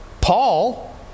Paul